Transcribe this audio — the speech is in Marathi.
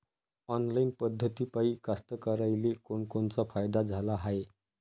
ऑनलाईन पद्धतीपायी कास्तकाराइले कोनकोनचा फायदा झाला हाये?